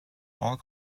all